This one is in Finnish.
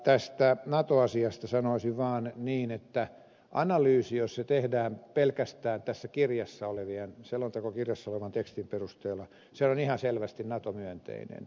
tästä nato asiasta sanoisin vaan niin että analyysi jos se tehdään pelkästään tässä selontekokirjassa olevan tekstin perusteella on ihan selvästi nato myönteinen